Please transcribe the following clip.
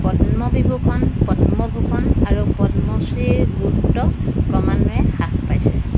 পদ্মবিভূষণ পদ্মভূষণ আৰু পদ্মশ্ৰীৰ গুৰুত্ব ক্ৰমান্বয়ে হ্ৰাস পাইছে